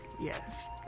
Yes